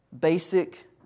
basic